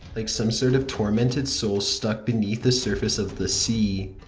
like some sort of tormented soul stuck beneath the surface of the sea.